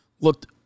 looked